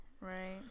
Right